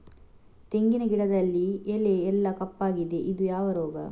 ತೆಂಗಿನ ಗಿಡದಲ್ಲಿ ಎಲೆ ಎಲ್ಲಾ ಕಪ್ಪಾಗಿದೆ ಇದು ಯಾವ ರೋಗ?